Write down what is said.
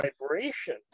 vibration